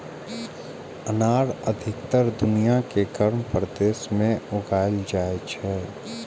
अनार अधिकतर दुनिया के गर्म प्रदेश मे उगाएल जाइ छै